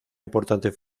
importante